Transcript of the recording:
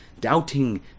doubting